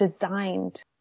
designed